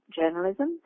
journalism